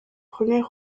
premiers